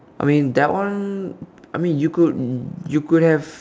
I mean that one I mean you could you could have